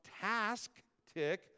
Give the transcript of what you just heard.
task-tick